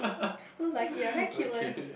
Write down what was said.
looks like it ah very cute eh